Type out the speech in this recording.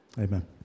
Amen